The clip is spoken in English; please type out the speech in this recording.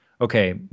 okay